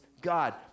God